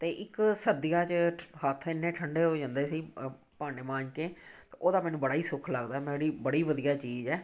ਅਤੇ ਇਕ ਸਰਦੀਆਂ 'ਚ ਠ ਹੱਥ ਇੰਨੇ ਠੰਡੇ ਹੋ ਜਾਂਦੇ ਸੀ ਅ ਭਾਂਡੇ ਮਾਂਜ ਕੇ ਉਹਦਾ ਮੈਨੂੰ ਬੜਾ ਹੀ ਸੁੱਖ ਲੱਗਦਾ ਮੇਰੀ ਬੜੀ ਵਧੀਆ ਚੀਜ਼ ਹੈ